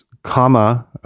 comma